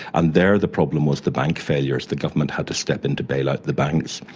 and there the problem was the bank failures. the government had to step in to bail out the banks.